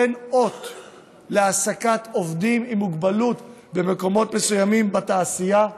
אתן אות להעסקת עובדים עם מוגבלות במקומות מסוימים בתעשייה,